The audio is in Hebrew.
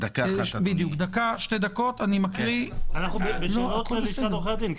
אנחנו בשאלות ללשכת עורכי הדין?